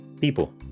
people